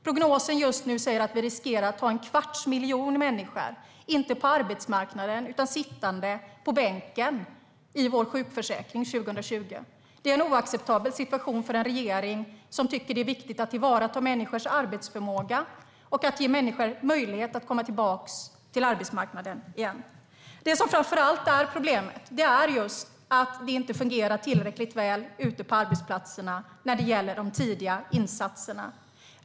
Prognosen just nu säger att vi 2020 riskerar att ha en kvarts miljon människor som inte är på arbetsmarknaden utan som sitter på bänken i vår sjukförsäkring. Det är en oacceptabel situation för en regering som tycker att det är viktigt att tillvarata människors arbetsförmåga och att ge människor möjlighet att komma tillbaka till arbetsmarknaden igen. Det som framför allt är problemet är just att det inte fungerar tillräckligt väl ute på arbetsplatserna när det gäller de tidiga insatserna.